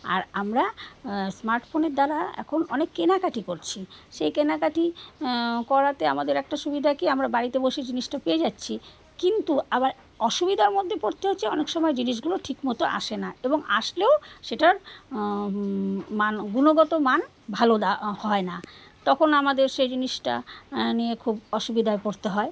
আর আমরা স্মার্টফোনের দ্বারা এখন অনেক কেনাকাটি করছি সেই কেনাকাটি করাতে আমাদের একটা সুবিধা কি আমরা বাড়িতে বসে জিনিসটা পেয়ে যাচ্ছি কিন্তু আবার অসুবিধার মধ্যে পড়তে হচ্ছে অনেক সময় জিনিসগুলো ঠিকমতো আসে না এবং আসলেও সেটার মান গুণগত মান ভালোা হয় না তখন আমাদের সেই জিনিসটা নিয়ে খুব অসুবিধায় পড়তে হয়